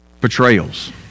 betrayals